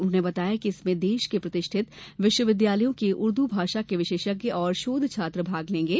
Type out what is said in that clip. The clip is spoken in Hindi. उन्होंने बताया कि इसमें देश के प्रतिष्ठित विश्वविद्यालयों के उर्द भाषा के विशेषज्ञ और शोध छात्र भाग लेंगे